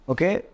Okay